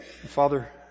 Father